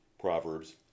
Proverbs